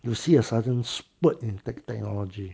you see a sudden spurt in tech technology